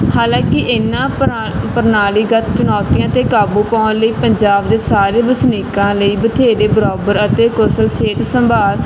ਹਾਲਾਂਕਿ ਇਹਨਾਂ ਪਰਾ ਪ੍ਰਣਾਲੀਗਤ ਚੁਣੌਤੀਆਂ 'ਤੇ ਕਾਬੂ ਪਾਉਣ ਲਈ ਪੰਜਾਬ ਦੇ ਸਾਰੇ ਵਸਨੀਕਾਂ ਲਈ ਬਥੇਰੇ ਬਰਾਬਰ ਅਤੇ ਕੌਸ਼ਲ ਸਿਹਤ ਸੰਭਾਲ